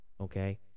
Okay